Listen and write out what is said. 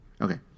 okay